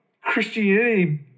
Christianity